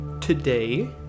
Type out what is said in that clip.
today